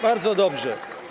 Bardzo dobrze.